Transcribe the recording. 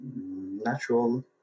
natural